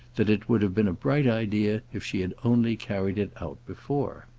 that it would have been a bright idea if she had only carried it out before.